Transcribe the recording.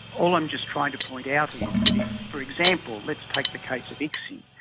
all i'm just trying to point out is that if, for example, let's take the case of icsi,